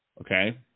Okay